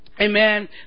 Amen